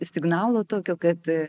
signalo tokio kad